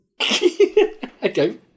Okay